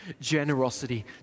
generosity